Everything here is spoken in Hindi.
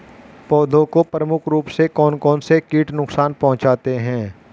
पौधों को प्रमुख रूप से कौन कौन से कीट नुकसान पहुंचाते हैं?